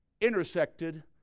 intersected